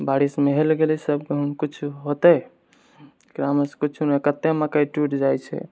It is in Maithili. बारिशमे हेल गेलै सब गहुँम किछु होतै ग्रामिण सबके कुछो नहि कत्ते मकइ टुटि जाइ छै